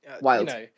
wild